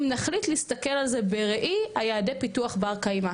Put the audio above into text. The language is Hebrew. נחליט להסתכל על זה בראי יעדי הפיתוח הבא קיימא.